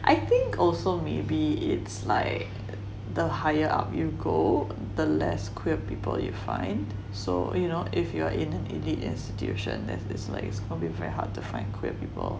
I think also maybe it's like the higher up you go the less queer people you find so you know if you are in an elite institution then this way its probably very hard to find queer people